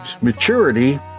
maturity